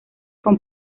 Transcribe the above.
con